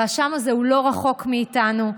והשם הזה הוא לא רחוק מאיתנו,